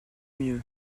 mieux